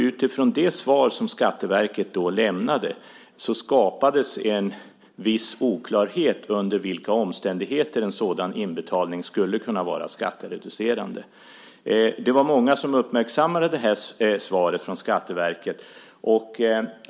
Utifrån det svar som Skatteverket då lämnade skapades en viss oklarhet under vilka omständigheter en sådan inbetalning skulle kunna vara skattereducerande. Det var många som uppmärksammade svaret från Skatteverket.